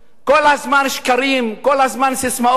כל הזמן שקרים, כל הזמן ססמאות,